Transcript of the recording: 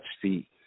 feet